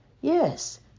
Yes